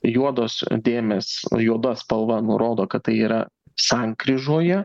juodos dėmės juoda spalva nurodo kad tai yra sankryžoje